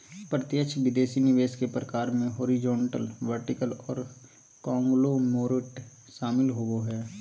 प्रत्यक्ष विदेशी निवेश के प्रकार मे हॉरिजॉन्टल, वर्टिकल आर कांगलोमोरेट शामिल होबो हय